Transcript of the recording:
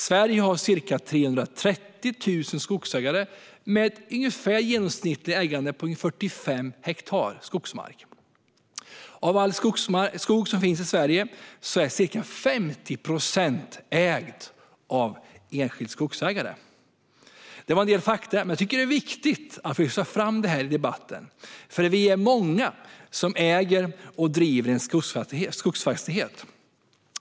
Sverige har ca 330 000 skogsägare med ett genomsnittligt ägande på ungefär 45 hektar skogsmark. Av all skog som finns i Sverige ägs ca 50 procent av enskilda skogsägare. Det var en del fakta. Men det är viktigt att lyfta fram det i debatten. Vi är nämligen många som äger och driver en skogsfastighet.